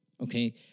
Okay